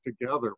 together